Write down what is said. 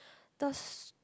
the s~